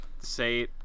say